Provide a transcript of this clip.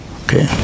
okay